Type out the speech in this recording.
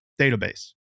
database